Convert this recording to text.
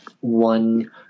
one